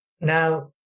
Now